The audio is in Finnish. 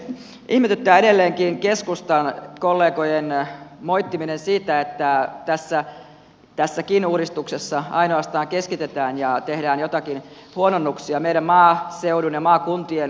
ihmetyttää edelleenkin keskustan kollegojen moitteet siitä että tässäkin uudistuksessa ainoastaan keskitetään ja tehdään jotakin huononnuksia meidän maaseudun ja maakuntien opiskelijanuorten asemaan